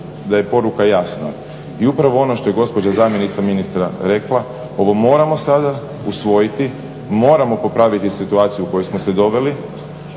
da je poruka jasna. I upravo ono što je gospođa zamjenica ministra rekla, ovo moramo sada usvojiti, moramo popraviti situaciju u koju smo se doveli,